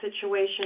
situation